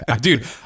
Dude